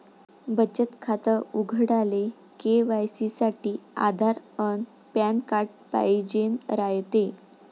बचत खातं उघडाले के.वाय.सी साठी आधार अन पॅन कार्ड पाइजेन रायते